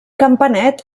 campanet